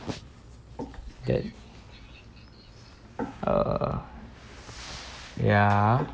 that uh ya